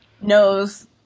knows